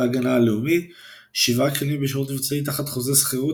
ההגנה הלאומי – 7 כלים בשירות מבצעי תחת חוזה שכירות,